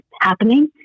happening